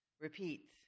repeat